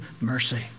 mercy